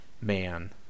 man